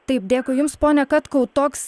taip dėkui jums pone katkau toks